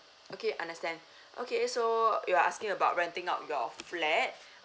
okay understand okay so you are asking about renting out your flat